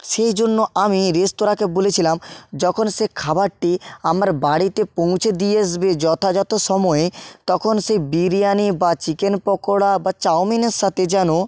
সেই জন্য আমি রেস্তোরাঁকে বলেছিলাম যখন সে খাবারটি আমার বাড়িতে পৌঁছে দিয়ে আসবে যথাযথ সময়ে তখন সেই বিরিয়ানি বা চিকেন পকোড়া বা চাউমিনের সাথে যেন